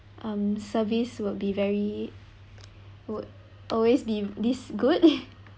um service would be very would always be this good